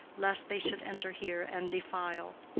lest they should enter here and defile.